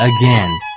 again